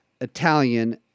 Italian